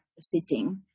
sitting